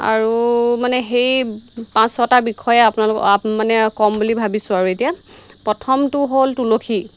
আৰু মানে সেই পাঁচ ছটা বিষয়ে আপোনালোক মানে ক'ম বুলি ভাবিছোঁ আৰু এতিয়া প্ৰথমটো হ'ল তুলসী